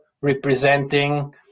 representing